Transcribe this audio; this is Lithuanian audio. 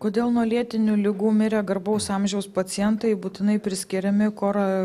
kodėl nuo lėtinių ligų mirę garbaus amžiaus pacientai būtinai priskiriami kora